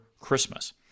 Christmas